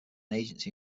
agency